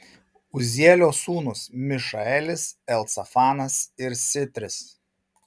uzielio sūnūs mišaelis elcafanas ir sitris